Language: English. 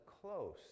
close